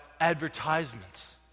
advertisements